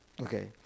Okay